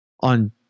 on